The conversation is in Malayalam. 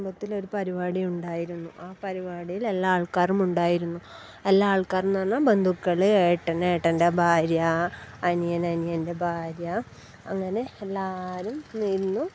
കുടുംബത്തിൽ ഒരു പരിപാടി ഉണ്ടായിരുന്നു ആ പരിപാടിയിൽ എല്ലാ ആൾക്കാരും ഉണ്ടായിരുന്നു എല്ലാ ആൾക്കാരും എന്ന് പറഞ്ഞാൽ ബന്ധുക്കൾ ഏട്ടൻ ഏട്ടൻ്റെ ഭാര്യ അനിയൻ അനിയൻ്റെ ഭാര്യ അങ്ങനെ എല്ലാവരും നിന്നു